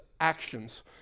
actions